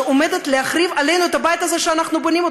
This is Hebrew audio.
שעומדת להחריב עלינו את הבית הזה שאנחנו בונים.